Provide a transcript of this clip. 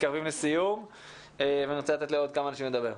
מתקרבים לסיום ואני רוצה לתת לעוד כמה אנשים לדבר.